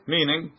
Meaning